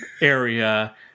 area